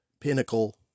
Pinnacle